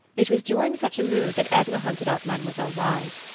it was during such a mood that edna hunted up mademoiselle reisz.